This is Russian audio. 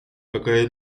какая